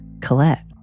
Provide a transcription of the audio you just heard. Colette